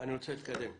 אני רוצה להתקדם.